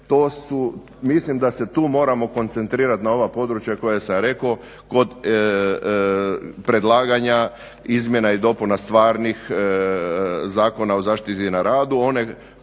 mislim da se tu moramo koncentrirati na ova područja koja sam rekao kod predlaganja izmjena i dopuna stvarnih Zakona o zaštiti na radu